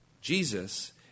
Jesus